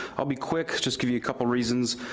i'll be quick, just give you a couple reasons.